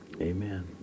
Amen